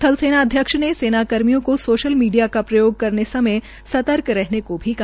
थल सेनाध्यक्ष ने सेना कर्मियों का साशल मीडिया का प्रयाग समय सर्तक रहने का भी कहा